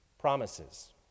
Promises